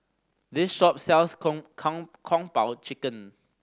this shop sells Kung Po Chicken